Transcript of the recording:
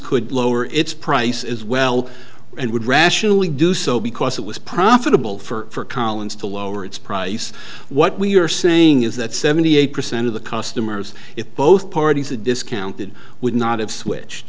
could lower its price as well and would rationally do so because it was profitable for collins to lower its price what we are saying is that seventy eight percent of the customers if both parties the discounted would not have switched